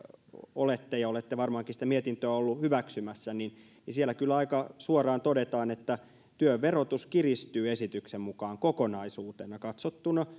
olette mietintöä ja olette varmaankin sitä mietintöä ollut hyväksymässä niin niin siellä kyllä aika suoraan todetaan että työn verotus kiristyy esityksen mukaan kokonaisuutena katsottuna